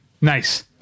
Nice